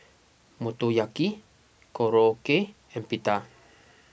Motoyaki Korokke and Pita